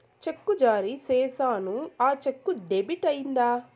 చెక్కు జారీ సేసాను, ఆ చెక్కు డెబిట్ అయిందా